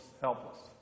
helpless